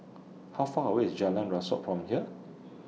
How Far away IS Jalan Rasok from here